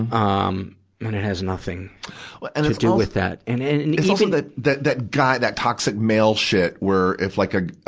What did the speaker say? um um and it has nothing but and to do with that. and and and it's also that, that, that guy, that toxic male shit, where if like a,